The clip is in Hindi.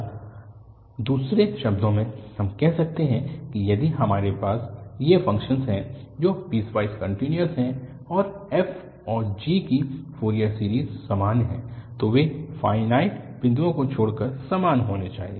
या दूसरे शब्दों में हम कह सकते हैं कि यदि हमारे पास दो फ़ंक्शन हैं जो पीसवाइस कन्टिन्यूअस हैं और f और g की फ़ोरियर सीरीज़ समान हैं तो वे फ़ाइनाइट बिंदुओं को छोड़कर समान होने चाहिए